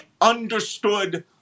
understood